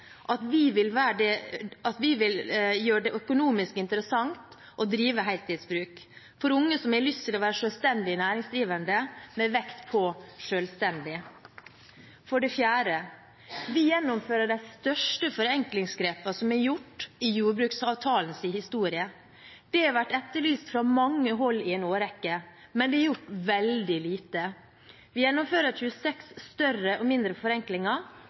at vi vil gjøre det økonomisk interessant å drive heltidsbruk for unge som har lyst til å være selvstendig næringsdrivende, med vekt på selvstendig. For det fjerde: Vi gjennomfører de største forenklingsgrepene som er gjort i jordbruksavtalens historie. Det har vært etterlyst fra mange hold i en årrekke. Men det har vært gjort veldig lite. Vi gjennomfører 26 større og mindre forenklinger